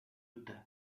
utah